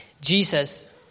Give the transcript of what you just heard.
Jesus